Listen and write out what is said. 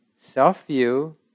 self-view